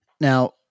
Now